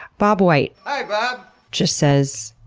bob white um ah just says.